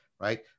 right